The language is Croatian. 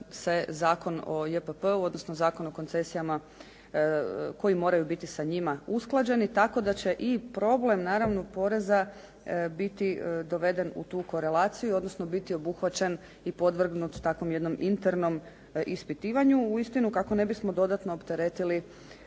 se Zakon o JPP-u, odnosno Zakon o koncesijama, koji moraju biti s njima usklađeni. Tako da će i problem, naravno poreza biti doveden u tu koorelaciju, odnosno biti obuhvaćen i podvrgnut takvom jednom internom ispitivanju. U istinu kako ne bismo dodatno opteretili,